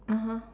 (uh huh)